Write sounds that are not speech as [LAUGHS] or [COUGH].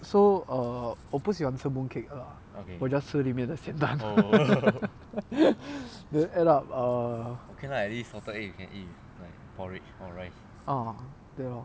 so err 我不喜欢吃 mooncake lah 我 just 吃里面的咸蛋 [LAUGHS] then end up err ah 对 lor